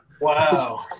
Wow